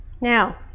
now